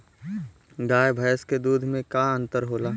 गाय भैंस के दूध में का अन्तर होला?